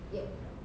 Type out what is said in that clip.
yup